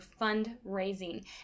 fundraising